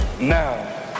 Now